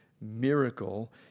miracle